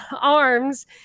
arms